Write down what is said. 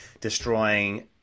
destroying